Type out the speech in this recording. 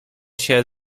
się